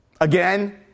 Again